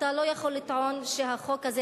אתה לא יכול לטעון שהחוק הזה,